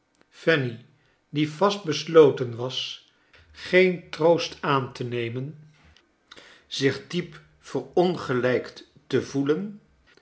fanny die vastbeeloten was geen troost aan te nemen zich diep verongelijkt te voelen